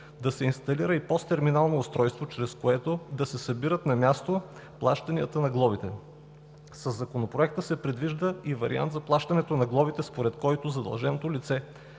да се инсталира и ПОС-терминално устройство, чрез което да се събират на място плащанията по глобите. Със Законопроекта се предвижда и вариант за плащането на глобите, според който задълженото лице